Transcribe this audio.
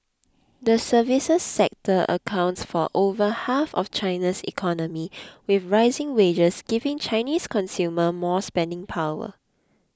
the services sector accounts for over half of China's economy with rising wages giving Chinese consumer more spending power